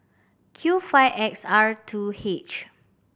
Q five X R two H